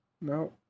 No